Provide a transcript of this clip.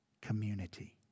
Community